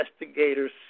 investigators